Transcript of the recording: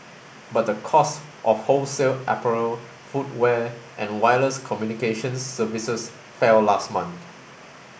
but the cost of wholesale apparel footwear and wireless communication services fell last month